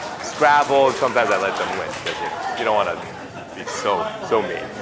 scrabble and sometimes i let them win, because you know you don't want to be so, so mean.